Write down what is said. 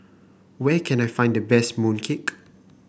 where can I find the best mooncake